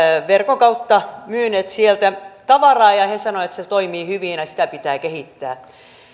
verkon kautta myyneet sieltä tavaraa ja ja he sanovat että se se toimii hyvin ja ja sitä pitää kehittää